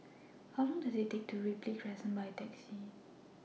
How Long Does IT Take to get to Ripley Crescent By Taxi